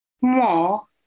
more